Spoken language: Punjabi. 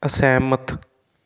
ਅਸਹਿਮਤ